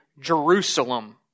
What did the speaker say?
Jerusalem